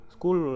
School